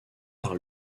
par